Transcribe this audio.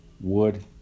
wood